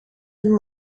and